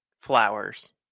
flowers